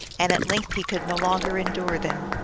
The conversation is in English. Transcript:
and at length he could no longer endure them,